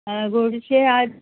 गोडशे आज